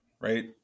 Right